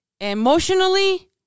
Emotionally